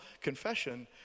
confession